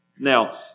Now